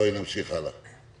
בואי נמשיך הלאה.